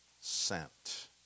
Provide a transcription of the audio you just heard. sent